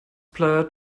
player